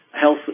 health